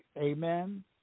Amen